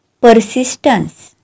persistence